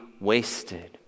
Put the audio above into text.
wasted